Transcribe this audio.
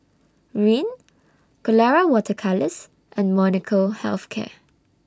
Rene Colora Water Colours and Molnylcke Health Care